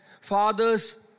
Father's